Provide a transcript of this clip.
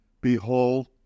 Behold